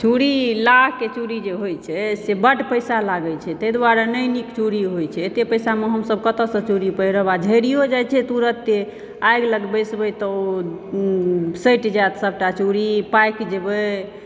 चूड़ी लाहके जे चूड़ी होयत छै से बड्ड पैसा लागैत छै तै दुआरे नहि नीक चूड़ी होयत छै एतय पैसामे हमसभ कतयसँ चूड़ी पहिरब आ झैड़ियो जैत छै तुरते आगि लग बसिबै तऽ ओ सटि जैत सभटा चूड़ी पाकि जेबय